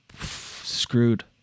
screwed